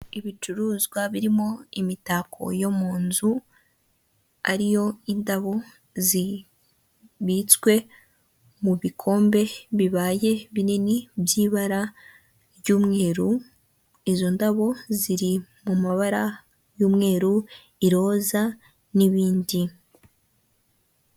Ibicuruzwa birimo imitako yo mu nzu, ari yo indabo zibitswe mu bikombe bibaye binini, by'ibara ry'umweru, izo ndabo ziri mu mabara y'umweru, iroza, n'ibindi.